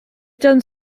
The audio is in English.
done